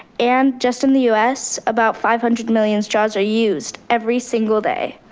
and just in the us, about five hundred million straws are used every single day.